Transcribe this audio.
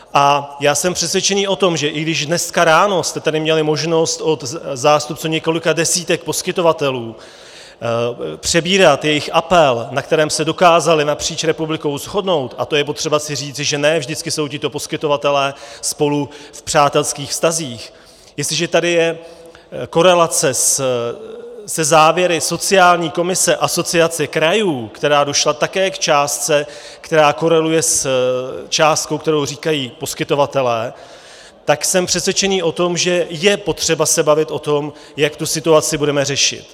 A já jsem přesvědčený o tom, že když dneska ráno jste tady měli možnost od zástupců několika desítek poskytovatelů přebírat jejich apel, na kterém se dokázali napříč republikou shodnout, a to je potřeba si říci, že ne vždycky jsou tito poskytovatelé spolu v přátelských vztazích jestliže tady je korelace se závěry sociální komise Asociace krajů, která došla také k částce, která koreluje s částkou, kterou říkají poskytovatelé, tak jsem přesvědčený o tom, že je potřeba se bavit o tom, jak tu situaci budeme řešit.